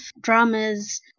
dramas